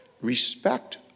Respect